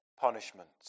punishment